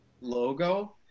logo